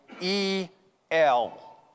E-L